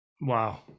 Wow